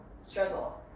Struggle